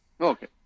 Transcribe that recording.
okay